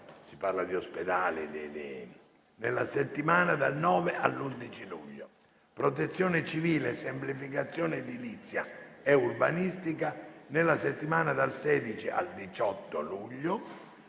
liste di attesa, nella settimana dal 9 all'11 luglio; protezione civile e semplificazione edilizia e urbanistica, nella settimana dal 16 al 18 luglio;